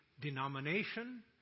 denomination